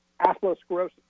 atherosclerosis